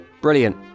Brilliant